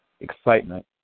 excitement